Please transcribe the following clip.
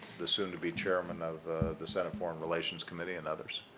the soon-to-be chairman of the senate foreign relations committee and others.